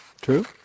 True